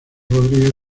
rodríguez